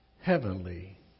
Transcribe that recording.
Heavenly